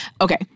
Okay